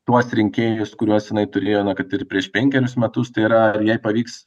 tuos rinkėjus kuriuos jinai turėjo na kad ir prieš penkerius metus tai yra ar jai pavyks